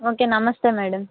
okay నమస్తే madam